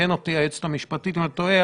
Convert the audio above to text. ותתקן אותי היועצת המשפטית אם אני טועה,